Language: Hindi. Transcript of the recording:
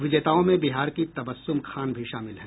विजेताओं में बिहार की तबस्सुम खान भी शामिल हैं